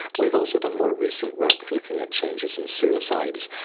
we've also done more recent work looking at changes in suicides,